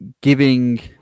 giving